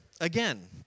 again